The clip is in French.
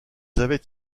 avaient